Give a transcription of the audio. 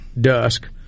dusk